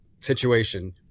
situation